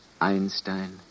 Einstein